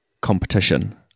competition